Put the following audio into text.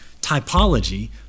typology